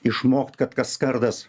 išmokt kad kas skardas